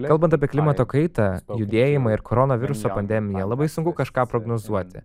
kalbant apie klimato kaitą judėjimą ir koronaviruso pandemiją labai sunku kažką prognozuoti